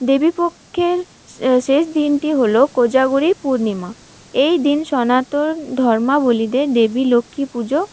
দেবীপক্ষের শেষ দিনটি হল কোজাগরী পূর্ণিমা এই দিন সনাতন ধর্মাবলীদের দেবী লক্ষ্মী পুজো